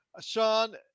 Sean